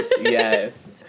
Yes